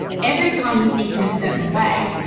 every time we think in a certain way,